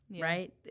right